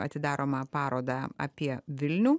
atidaromą parodą apie vilnių